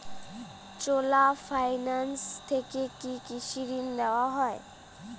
চোলা Finance থেকে কি কৃষি ঋণ দেওয়া হয়?